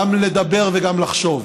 גם לדבר וגם לחשוב.